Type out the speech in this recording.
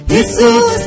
Jesus